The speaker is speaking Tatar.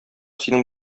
синең